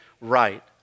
right